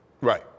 right